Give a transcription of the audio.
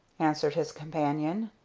answered his companion.